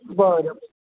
बरं